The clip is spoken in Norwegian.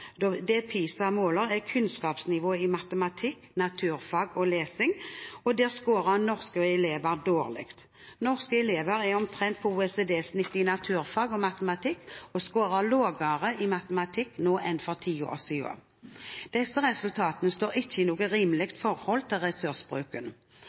Det PISA måler, er kunnskapsnivået i matematikk, naturfag og lesing, og der scorer norske elever dårlig. Norske elever er omtrent på OECD-snittet i naturfag og matematikk, og scorer lavere i matematikk nå enn for ti år siden. Disse resultatene står ikke i noe